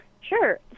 sure